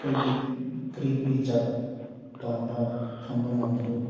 ꯀꯩꯒꯤ ꯀꯔꯤ ꯀꯔꯤ ꯖꯥꯠ ꯄꯥꯝꯕ ꯊꯝꯕ ꯉꯝꯕꯗꯨ